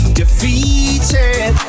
defeated